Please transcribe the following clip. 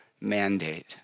mandate